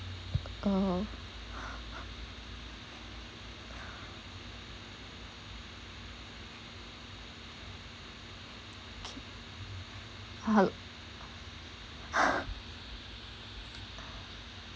uh how